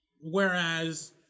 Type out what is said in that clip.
Whereas